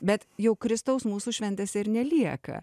bet jau kristaus mūsų šventėse ir nelieka